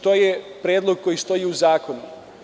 To je predlog koji stoji u zakonu.